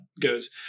goes